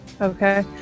okay